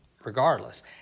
regardless